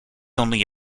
only